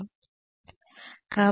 So this will be